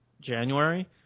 January